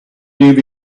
dvd